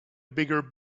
bigger